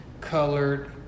colored